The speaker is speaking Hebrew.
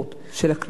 תודה רבה.